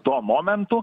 tuo momentu